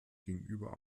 gegenüber